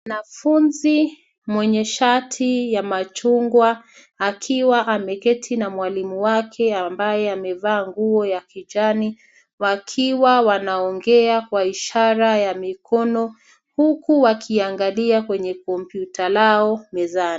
Mwanafunzi mwenye shati ya machungwa akiwa ameketi na mwalimu wake ambaye amevaa nguo ya kijani, wakiwa wanaongea kwa ishara ya mikono, huku wakiangalia kwenye kompyuta lao mezani.